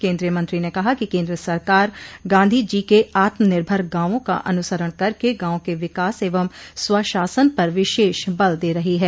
केन्द्रीय मंत्री ने कहा कि केन्द्र सरकार गांधी जी के आत्मनिर्भर गांवो का अनुसरण करके गांव के विकास एवं स्वशासन पर विशेष बल दे रही है